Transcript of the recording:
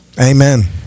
Amen